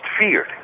feared